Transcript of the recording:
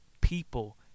people